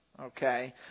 okay